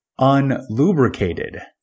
unlubricated-